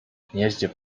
gnieździe